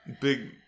big